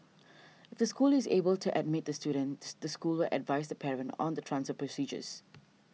if the school is able to admit the student the school will advise the parent on the transfer procedures